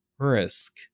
risk